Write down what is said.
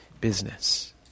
business